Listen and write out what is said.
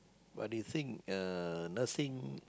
but they think uh nursing